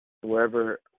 wherever